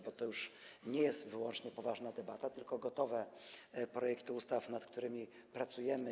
Bo to już nie jest wyłącznie poważna debata, tylko gotowe projekty ustaw, nad którymi pracujemy.